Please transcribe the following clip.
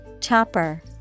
Chopper